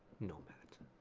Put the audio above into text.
no matter,